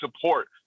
support